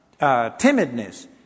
timidness